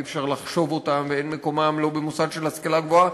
אי-אפשר לחשוב אותם ואין מקומם לא במוסד של השכלה גבוהה